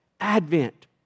Advent